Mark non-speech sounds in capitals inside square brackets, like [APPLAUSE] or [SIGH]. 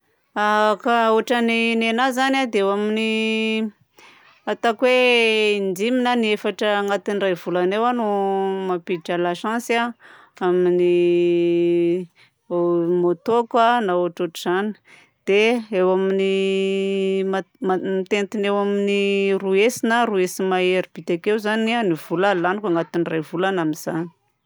A [HESITATION] ka ôtran'ny anahy zany a dia eo amin'ny in-dimy na inefatra agnatin'ny iray volana eo aho no mampiditra lasantsy a amin'ny [HESITATION] môtôako na ôtrôtr'izany. Dia eo amin'ny ma- ma- mitentina eo amin'ny roa hetsy na roa hetsy mahery bitaka eo zany ny vola laniko ao agnatin'ny iray volana amin'izany.